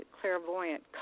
clairvoyant